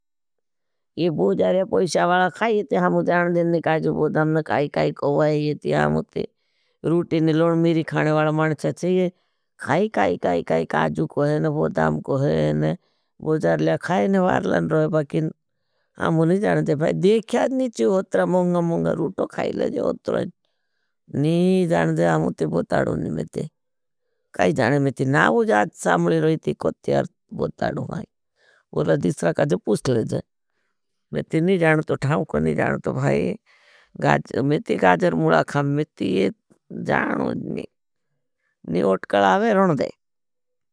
ये बोजार्या पैशा वाला खाई येते हमु जान जेन नी काजु बोदाम न काई काई। को वाई येते हमु ते रूटी न लोण मीरी खाने वाला मानच चे ये खाई काई काई काई काजु को है। न बोदाम को है न बोजार्या खाई न वारलन रोई बाकिन हमु नी जान जे भाई देख याज नी ची। ओत्रा मुंग मुंग रूटो खाई लेज ओत्रा जी नी जान जे हमु ती बोताड़ो नी मिति काई जाने मिति नावुजाद साम्ली रोई। ती कोत्यार बोताड़ो हाई उर्ला दिसरा काई जे पूस्त लेज मिति नी। जाने तो ठाम का नी जाने तो भाई मिति गाधर मुला खाम मिति ये जानो जी नी ओटकल आवे रुन दे।